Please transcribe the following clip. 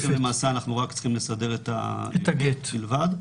למעשה אנחנו רק צריכים לסדר את הגט בלבד.